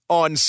on